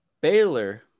Baylor